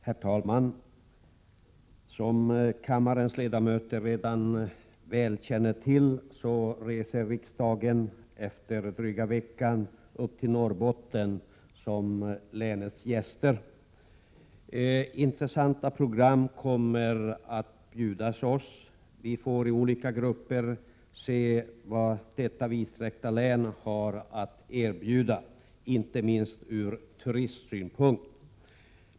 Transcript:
Herr talman! Som kammarens ledamöter väl känner till, reser riksdagen om en dryg vecka upp till Norrbotten som länets gäster. Intressanta program kommer att bjudas oss. Vi får i olika grupper se vad detta vidsträckta län har att erbjuda, inte minst ur turistsynpunkt.